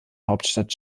hauptstadt